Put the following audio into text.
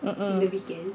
mm mm